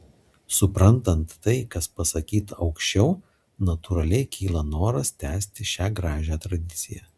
suprantant tai kas pasakyta aukščiau natūraliai kyla noras tęsti šią gražią tradiciją